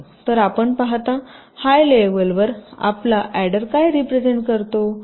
तरआपण पाहता हाय लेवलवर आपला अॅडर काय रीप्रेझेन्ट करतो